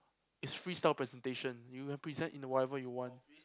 it's freestyle presentation you have present in whatever you want